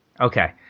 Okay